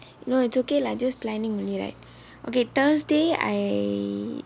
no it's okay lah just planning only right okay thursday I